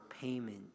payment